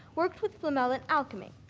worked with flamel in alchemy.